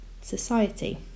society